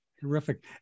Terrific